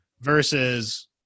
versus